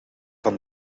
van